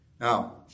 Now